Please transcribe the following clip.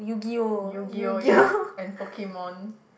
Yu-gi-oh yup and Pokemon